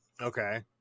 okay